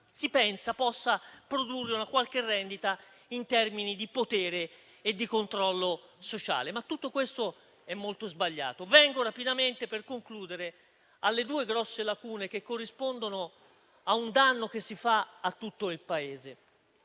si pensa possa produrre una qualche rendita in termini di potere e di controllo sociale. Tutto questo però è molto sbagliato. Vengo rapidamente, per concludere, alle due grosse lacune che corrispondono a un danno che si fa a tutto il Paese.